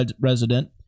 resident